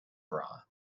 bra